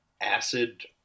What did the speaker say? acid